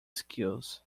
skills